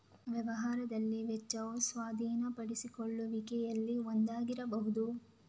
ವ್ಯವಹಾರದಲ್ಲಿ ವೆಚ್ಚವು ಸ್ವಾಧೀನಪಡಿಸಿಕೊಳ್ಳುವಿಕೆಯಲ್ಲಿ ಒಂದಾಗಿರಬಹುದು